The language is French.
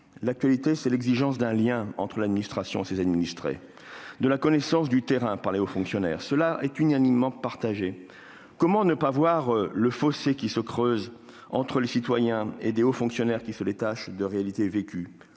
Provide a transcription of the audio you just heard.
L'actualité, c'est l'exigence d'un lien entre l'administration et ses administrés et de la connaissance du terrain par les hauts fonctionnaires. Cette préoccupation est unanimement partagée. Comment ne pas voir le fossé qui se creuse entre les citoyens et des hauts fonctionnaires qui se détachent des réalités vécues ?